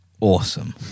awesome